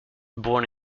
born